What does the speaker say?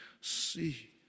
see